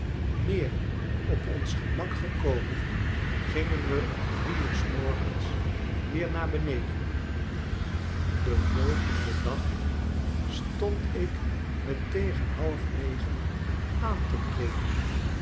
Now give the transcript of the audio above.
meer op ohs gemak gekomen gingen we om drie uur s morgens weer naar beneden den volgenden dag stond ik me tegen half negen aan te kleeden